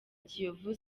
kiyovu